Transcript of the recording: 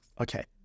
Okay